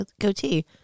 goatee